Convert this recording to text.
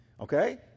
okay